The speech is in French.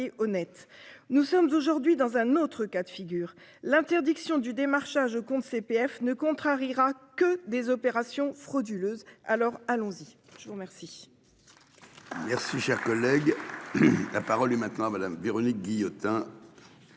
honnête. Nous sommes aujourd'hui dans un autre cas de figure, l'interdiction du démarchage compte CPF ne contrariera que des opérations frauduleuses. Alors allons-y, je vous remercie.